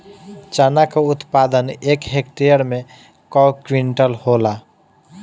चना क उत्पादन एक हेक्टेयर में कव क्विंटल होला?